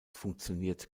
funktioniert